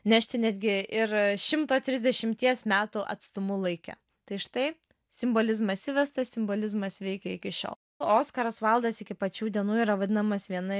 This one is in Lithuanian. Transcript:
nešti netgi ir šimto trisdešimties metų atstumu laikė tai štai simbolizmas įvestas simbolizmas veikia iki šiol oskaras vaildas iki pat šių dienų yra vadinamas viena